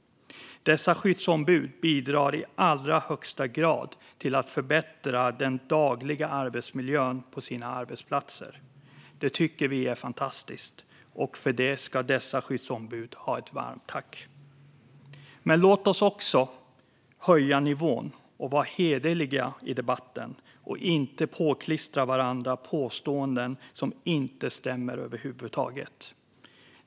Dessa skyddsombud bidrar i allra högsta grad till att förbättra den dagliga arbetsmiljön på sina arbetsplatser. Det tycker vi är fantastiskt, och för det ska dessa skyddsombud ha ett varmt tack. Men låt oss också höja nivån och vara hederliga i debatten och inte påklistra varandra påståenden som inte stämmer över huvud taget.